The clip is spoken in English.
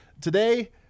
Today